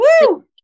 Woo